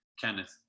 kenneth